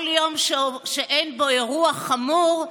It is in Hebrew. כל יום שאין בו אירוע חמור,